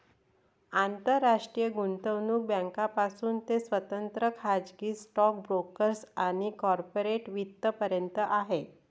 आंतरराष्ट्रीय गुंतवणूक बँकांपासून ते स्वतंत्र खाजगी स्टॉक ब्रोकर्स आणि कॉर्पोरेट वित्त पर्यंत आहे